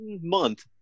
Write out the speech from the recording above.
month